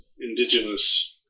indigenous